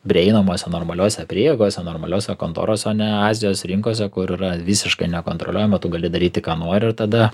prieinamose normaliose priebėgose normaliose kontorose o ne azijos rinkose kur yra visiškai nekontroliuojama tu gali daryti ką nori ir tada